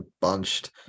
bunched